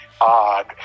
odd